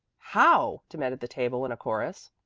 how? demanded the table in a chorus.